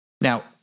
Now